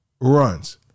runs